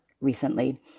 recently